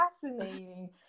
fascinating